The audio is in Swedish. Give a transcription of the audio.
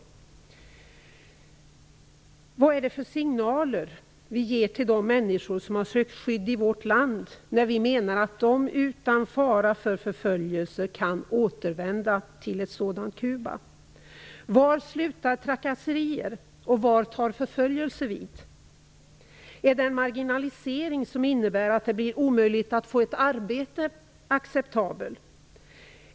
Vad är det för signaler vi ger till de människor som har sökt skydd i vårt land, när vi menar att de utan fara för förföljelse kan återvända till ett sådant Kuba? Var slutar trakasserier och var tar förföljelse vid? Är den marginalisering som innebär att det blir omöjligt få ett arbete acceptabel?